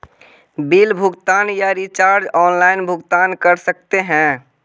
Bill भुगतान या recharge online भुगतान कर सकते हैं?